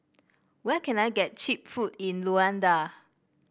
where can I get cheap food in Luanda